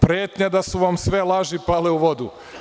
Pretnja da su vam sve laži pale u vodu.